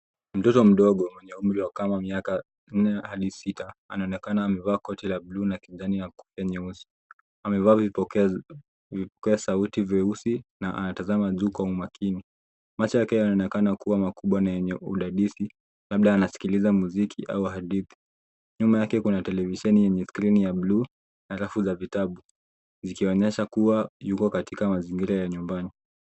Mtoto mdogo mwenye umri wa kama miaka minne hadi sita anaonekana amevaa koti la buluu na kijani ya kofia nyeusi. Amevaa vipokea sauti vyeusi na anatazama juu kwa umakini. Macho yake yanaonekana kuwa makubwa na yenye udadisi. Labda anasikiliza muziki au hadithi. Nyuma yake kuna televisheni yenye skrini ya buluu na rafu za vitabu zikionyesha kuwa katika mazingira ya nyumbani.